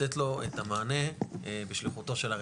לתת לו את המענה בשליחותו של הרבי.